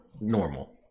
normal